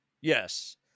yes